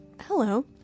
Hello